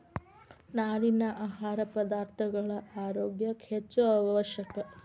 ನಾರಿನ ಆಹಾರ ಪದಾರ್ಥಗಳ ಆರೋಗ್ಯ ಕ್ಕ ಹೆಚ್ಚು ಅವಶ್ಯಕ